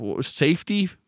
safety